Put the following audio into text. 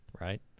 right